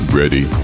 ready